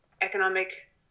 economic